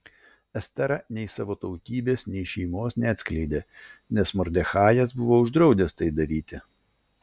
estera nei savo tautybės nei šeimos neatskleidė nes mordechajas buvo uždraudęs tai daryti